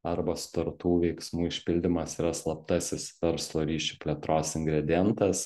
arba sutartų veiksmų išpildymas yra slaptasis verslo ryšių plėtros ingredientas